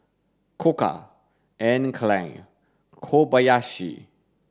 Koka Anne Klein Kobayashi